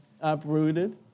uprooted